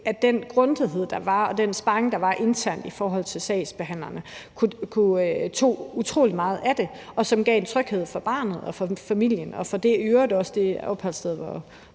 at den grundighed, der var, og den sparring, der var internt i forhold til sagsbehandlerne, tog utrolig meget af det og gav en tryghed for barnet og for familien og i øvrigt også for det opholdssted,